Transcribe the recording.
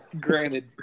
granted